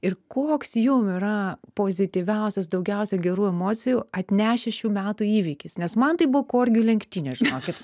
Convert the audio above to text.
ir koks jum yra pozityviausias daugiausia gerų emocijų atnešęs šių metų įvykis nes man tai buvo korgių lenktynės žinokit